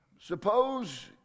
Suppose